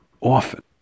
often